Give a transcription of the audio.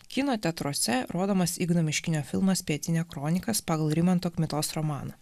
kino teatruose rodomas igno miškinio filmas pietinia kronikas pagal rimanto kmitos romaną